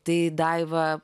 tai daiva